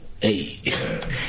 Hey